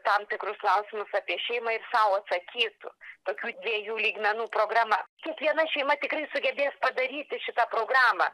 tam tikrus klausimus apie šeimą ir sau atsakytų tokių dviejų lygmenų programa kiekviena šeima tikrai sugebės padaryti šitą programą